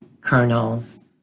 kernels